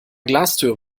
glastür